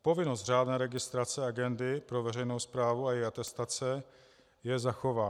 Povinnost řádné registrace agendy pro veřejnou správu a její atestace je zachována.